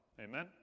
Amen